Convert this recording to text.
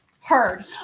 Heard